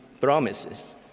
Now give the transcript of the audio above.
promises